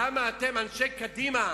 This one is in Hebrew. למה אתם, אנשי קדימה,